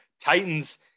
Titans